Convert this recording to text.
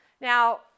Now